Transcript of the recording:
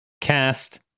Cast